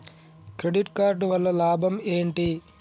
Credit card వల్ల లాభం ఏంటి?